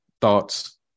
thoughts